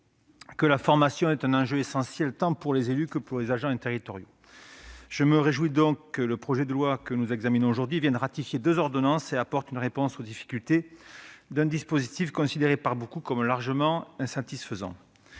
que la formation est un enjeu essentiel, tant pour les élus que pour les agents territoriaux. Je me réjouis donc que le présent projet de loi vienne ratifier deux ordonnances et apporte une réponse aux difficultés d'un dispositif considéré par beaucoup comme largement insatisfaisant.